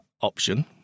option